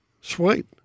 sweet